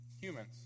humans